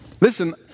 Listen